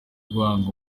guhanga